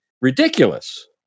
ridiculous